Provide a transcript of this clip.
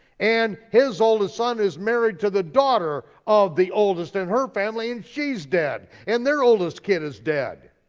and his oldest son is married to the daughter of the oldest in her family, and she's dead, and their oldest kid is dead.